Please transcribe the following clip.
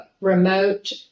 remote